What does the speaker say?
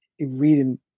reading